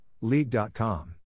League.com